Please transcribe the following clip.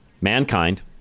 mankind